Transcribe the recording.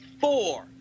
four